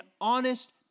honest